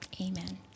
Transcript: Amen